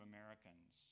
Americans